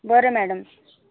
बरं मॅडम